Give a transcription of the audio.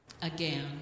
Again